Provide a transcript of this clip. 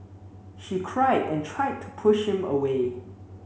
she cried and tried to push him away